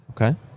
okay